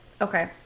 okay